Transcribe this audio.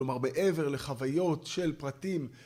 ‫כלומר, מעבר לחוויות של פרטים...